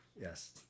Yes